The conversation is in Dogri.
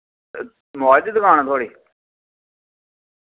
मोबाइल दी दुकान ऐ थुहाड़ी